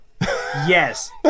Yes